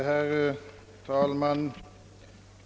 Herr talman!